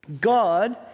God